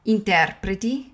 Interpreti